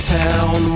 town